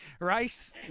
Race